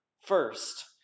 first